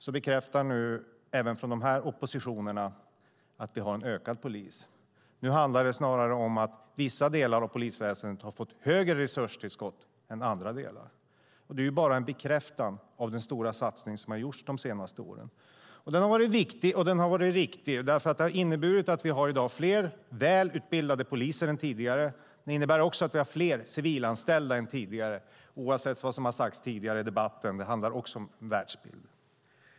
Nu bekräftar även oppositionen att antalet poliser ökat. Nu handlar det snarare om att vissa delar av polisväsendet har fått större resurstillskott än andra delar. Det är bara en bekräftelse på den stora satsning som har gjorts de senaste åren. Den har varit viktig och riktig, därför att den har inneburit att vi i dag har fler välutbildade poliser och fler civilanställda än tidigare, oavsett vad som har sagts tidigare i debatten. Även detta handlar om världsbilden.